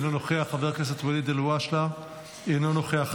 אינו נוכח,